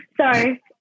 sorry